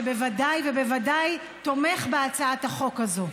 שבוודאי ובוודאי תומך בהצעת החוק הזו.